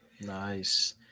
Nice